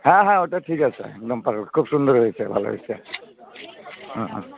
হ্যাঁ হ্যাঁ ওটা ঠিক আছে একদম ভালো খুব সুন্দর হয়েছে ভালো হয়েছে হ্যাঁ হ্যাঁ